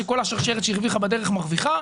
שכל השרשרת שהרוויחה בדרך מעבירה,